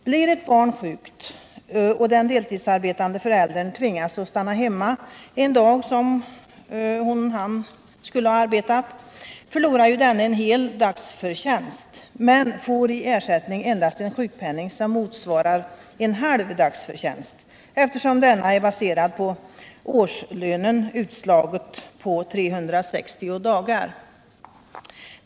Blir ett barn sjukt och den deltidsarbetande föräldern tvingas att stanna hemma en dag som hon eller han skulle ha arbetat, så förlorar denne en hel dagsförtjänst men får i ersättning en sjukpenning som motsvarar en halv dagsförtjänst, eftersom sjukpenningen är baserad på årslönen utslagen på 360 dagar.